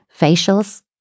facials